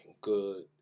good